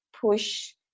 push